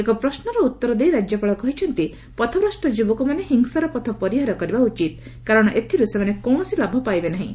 ଏକ ପ୍ରଶ୍ୱର ଉତ୍ତର ଦେଇ ରାଜ୍ୟପାଳ କହିଛନ୍ତି ପଥଭ୍ରଷ୍ଟ ଯୁବକମାନେ ହିଂସାର ପଥ ପରିହାର କରିବା ଉଚିତ୍ କାରଣ ଏଥିରୁ ସେମାନେ କୌଣସି ଲାଭ ପାଇବେ ନାହିଁ